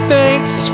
thanks